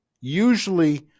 usually